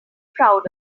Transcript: proud